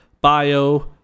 bio